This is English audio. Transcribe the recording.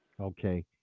okay